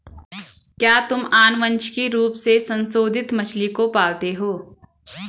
क्या तुम आनुवंशिक रूप से संशोधित मछली को पालते हो?